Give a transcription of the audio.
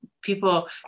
people